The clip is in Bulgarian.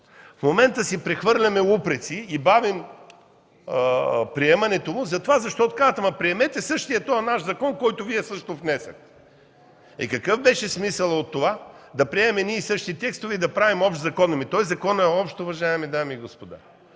В момента си прехвърляме упреци и бавим приемането му, защото казват: „Приемете същия този наш закон, който Вие също внесохте”! Какъв беше смисълът от това да приемем едни и същи текстове и да правим общ закон? Законът е общ, уважаеми дами и господа!